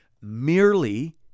merely